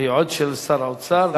היועץ של שר האוצר.